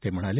ते म्हणाले